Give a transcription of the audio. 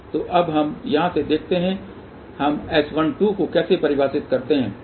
तो अब हम यहाँ से देखते हैं कि हम S12 को कैसे परिभाषित करते हैं